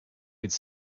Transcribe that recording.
could